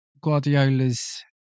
Guardiola's